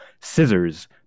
scissors